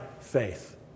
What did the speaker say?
faith